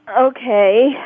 Okay